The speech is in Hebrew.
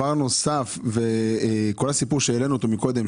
בנוסף לכך יש את כל הסיפור שהעלינו קודם,